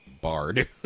bard